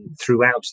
throughout